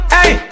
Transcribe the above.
Hey